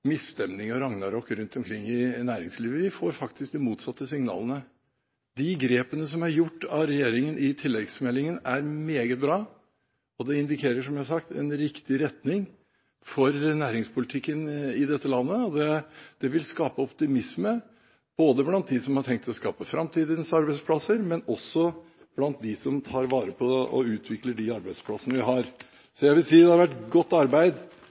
misstemning og ragnarok rundt omkring i næringslivet. Vi får faktisk de motsatte signalene. De grepene som er gjort av regjeringen i tilleggsproposisjonen, er meget bra, og de indikerer, som jeg har sagt, en riktig retning for næringspolitikken i dette landet. Det vil skape optimisme blant dem som har tenkt å skape framtidens arbeidsplasser, men også blant dem som tar vare på og utvikler de arbeidsplassene vi har. Så jeg vil si: Det har vært godt arbeid